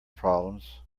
problems